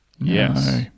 Yes